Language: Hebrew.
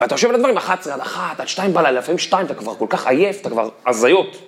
‫ואתה יושב על הדברים אחת עשרה עד אחת, ‫עד שתיים בלילה, לפעמים שתיים, ‫אתה כבר כל כך עייף, ‫אתה כבר, הזיות